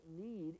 need